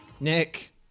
Nick